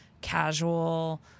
casual